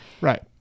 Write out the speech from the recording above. right